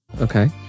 Okay